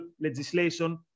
legislation